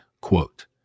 quote